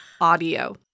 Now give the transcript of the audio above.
Audio